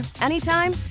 anytime